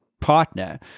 partner